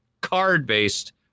card-based